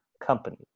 company